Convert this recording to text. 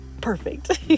perfect